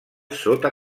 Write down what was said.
sota